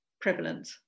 prevalent